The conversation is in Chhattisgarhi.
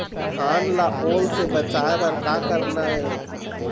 धान ला ओल से बचाए बर का करना ये?